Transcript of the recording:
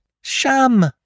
Sham